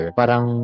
parang